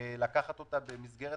תגיד לי,